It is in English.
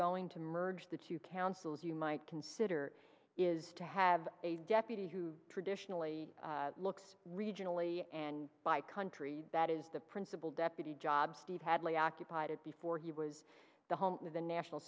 going to merge the two councils you might consider is to have a deputy who traditionally looks regionally and by country that is the principal deputy job steve hadley occupied it before he was the home of the national